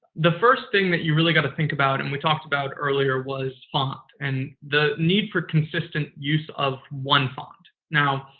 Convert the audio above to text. the first thing that you really got to think about and we talked about earlier was font and the need for consistent use of one font. now,